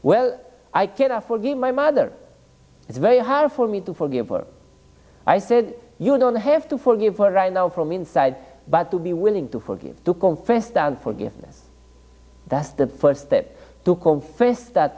well i can i forgive my mother it's very hard for me to forgive her i said you don't have to forgive her right now from inside but to be willing to forgive to confess than forgiveness that's the first step to confess that